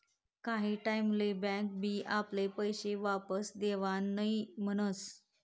काही टाईम ले बँक बी आपले पैशे वापस देवान नई म्हनस